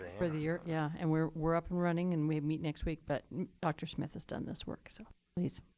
for the year. yeah and we're we're up and running, and we meet next week. but dr. smith has done this work. so please.